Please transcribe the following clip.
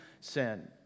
sin